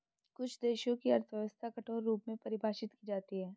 कुछ देशों की अर्थव्यवस्था कठोर रूप में परिभाषित की जाती हैं